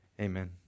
Amen